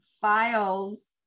files